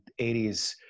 80s